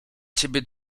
ciebie